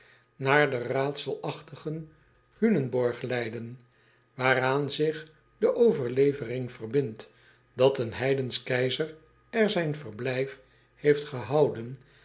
en potlood eel tigen unenborg leiden waaraan zich de overlevering verbindt dat een heidensch keizer er zijn verblijf heeft gehouden